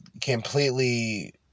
completely